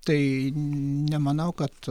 tai nemanau kad